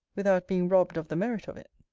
without being robbed of the merit of it.